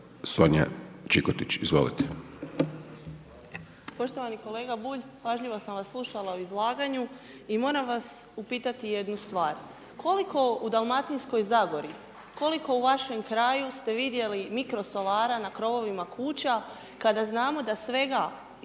Sonja (Nezavisni)** Poštovani kolega Bulj, pažljivo sam vas slušala u izlaganju i moram vas upitati jednu stvar. Koliko u Dalmatinskoj zagori, koliko u vašem kraju ste vidjeli mikrosolara na krovovima kuća kada znamo da svega,